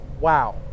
wow